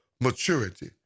maturity